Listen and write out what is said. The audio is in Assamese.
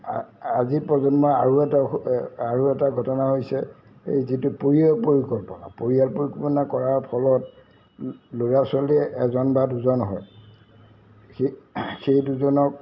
আজি প্ৰজন্মই আৰু এটা আৰু এটা ঘটনা হৈছে এই যিটো পৰিয়াল পৰিকল্পনা পৰিয়াল পৰিকল্পনা কৰাৰ ফলত ল'ৰা ছোৱালীয়ে এজন বা দুজন হয় সেই সেই দুজনক